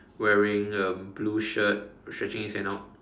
wearing a blue shirt while stretching his hand out